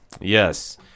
yes